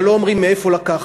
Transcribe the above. אבל לא אומרים מאיפה לקחת.